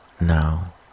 now